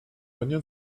onion